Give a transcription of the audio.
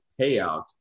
payout